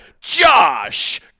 Josh